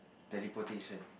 teleportation